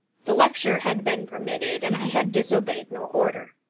the lecture had been permitted, and i had disobeyed no order.